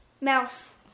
Mouse